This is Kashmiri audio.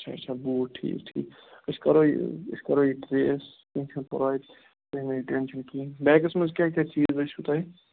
اچھا اچھا بوٗٹھ ٹھیٖک ٹھیٖک أسۍ کرو یہِ أسۍ کرو یہِ ٹریس کینٛہہ چھُ نہٕ واتہ تُہۍ مہ ہیٚیِو ٹیٚنشن کِہیٖنۍ نہٕ بیگَس مَنٛز کیاہ کیاہ چیٖز ٲسۍ وٕ تۄہہِ